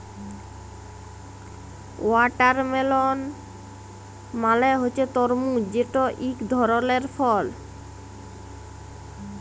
watermelon মালে হছে তরমুজ যেট ইক ধরলের ফল